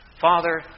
Father